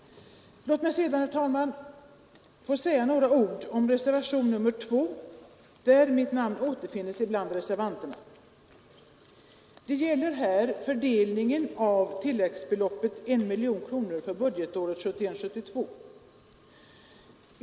Låt mig sedan, herr talman, få säga några ord om reservationen 2, där jag återfinnes bland reservanterna. Det gäller här fördelningen av tilläggsbeloppet 1 miljon kronor för verksamhetsåret 1971/72.